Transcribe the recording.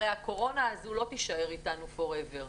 הרי הקורונה הזאת לא תישאר איתנו forever,